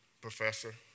professor